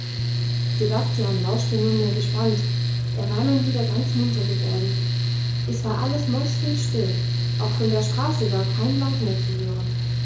sebastian lauschte nunmehr gespannt er war nun wieder ganz munter geworden es war alles mäuschenstill auch von der straße war kein laut mehr zu hören